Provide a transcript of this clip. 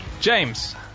james